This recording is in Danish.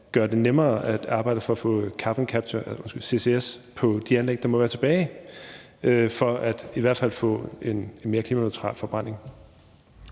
gøre det nemmere at arbejde for at få carbon capture, altså ccs, på de anlæg, der måtte være tilbage, for i hvert fald at få en mere klimaneutral forbrænding.